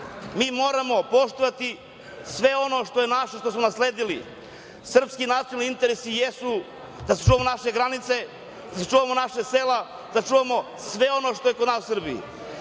Mi moramo poštovati sve ono što smo nasledili. Srpski nacionalni interesi jesu da se sačuvaju naše granice, da sačuvamo naša sela, da sačuvamo sve ono što je kod nas u